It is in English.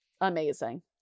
Amazing